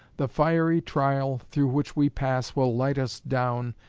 the fiery trial through which we pass will light us down,